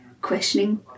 questioning